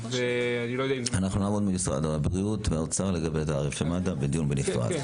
אנחנו נעבוד עם משרד הבריאות והאוצר לגבי התעריפים בדיון בנפרד.